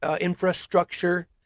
Infrastructure